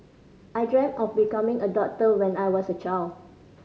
I dreamt of becoming a doctor when I was a child